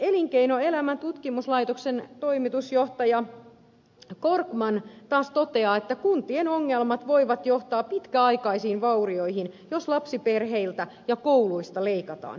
elinkeinoelämän tutkimuslaitoksen toimitusjohtaja korkman taas toteaa että kuntien ongelmat voivat johtaa pitkäaikaisiin vaurioihin jos lapsiperheiltä ja kouluista leikataan